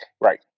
right